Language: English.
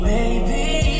Baby